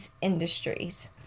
Industries